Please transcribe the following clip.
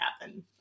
happen